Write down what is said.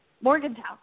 Morgantown